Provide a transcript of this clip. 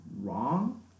wrong